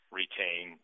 retain